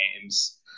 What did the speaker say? games